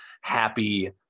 happy